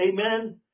Amen